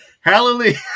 Hallelujah